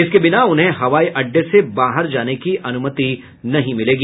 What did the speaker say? इसके बिना उन्हें हवाई अड्डे से बाहर जाने की अनुमति नहीं मिलेगी